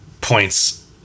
points